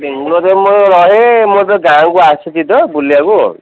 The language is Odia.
ବେଙ୍ଗଲୋରରେ ମୁଁ ରହେ ମୁଁ ଏବେ ଗାଁକୁ ଆସିଛି ତ ବୁଲିବାକୁ